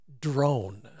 drone